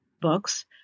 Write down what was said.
books